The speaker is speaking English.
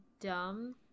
dumb